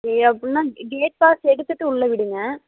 okay அப்படின்னா gate pass எடுத்துட்டு உள்ளே விடுங்கள்